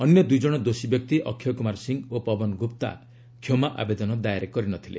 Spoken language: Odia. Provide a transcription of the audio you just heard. ଅନ୍ୟ ଦୂଇ ଜଣ ଦୋଷୀ ବ୍ୟକ୍ତି ଅକ୍ଷୟ କ୍ରମାର ସିଂହ ଓ ପବନ ଗ୍ରପ୍ତା କ୍ଷମା ଆବେଦନ ଦାଏର କରିନଥିଲେ